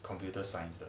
computer science